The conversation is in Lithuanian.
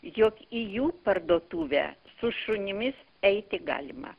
jog į jų parduotuvę su šunimis eiti galima